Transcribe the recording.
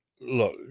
look